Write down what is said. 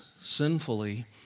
sinfully